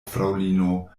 fraŭlino